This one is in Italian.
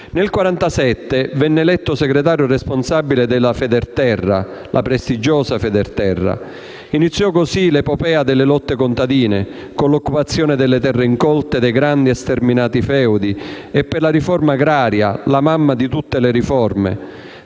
Nel 1947 venne eletto segretario responsabile della prestigiosa Federterra. Iniziò così l'epopea delle lotte contadine con l'occupazione delle terre incolte dei grandi e sterminati feudi e per la riforma agraria, la mamma di tutte le riforme.